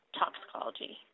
toxicology